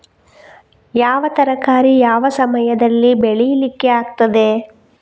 ಯಾವ ತರಕಾರಿ ಯಾವ ಸಮಯದಲ್ಲಿ ಬೆಳಿಲಿಕ್ಕೆ ಆಗ್ತದೆ?